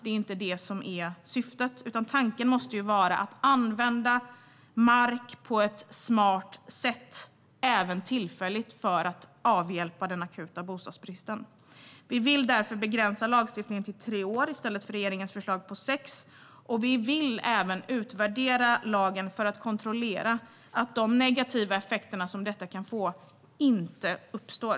Det är inte det som är syftet, utan tanken måste vara att använda mark på ett smart sätt, även tillfälligt, för att avhjälpa den akuta bostadsbristen. Vi vill därför begränsa lagstiftningen till tre år i stället för regeringens förslag på sex år. Vi vill även utvärdera lagen för att kontrollera att de negativa effekter som detta kan få inte uppstår.